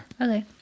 Okay